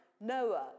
Noah